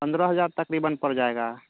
پندرہ ہزار تقریباً پڑ جائے گا